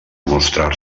mostrar